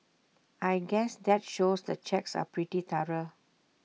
I guess that shows the checks are pretty thorough